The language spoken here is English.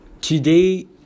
today